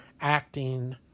acting